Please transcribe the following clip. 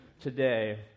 today